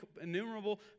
innumerable